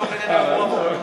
לצורך העניין הוא המורה.